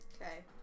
Okay